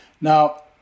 Now